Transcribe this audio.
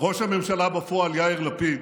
ראש הממשלה בפועל יאיר לפיד